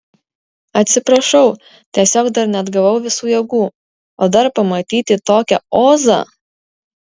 atsiprašau tiesiog dar neatgavau visų jėgų o dar pamatyti tokią ozą